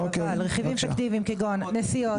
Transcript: רכיבים פיקטיביים כגון נסיעות,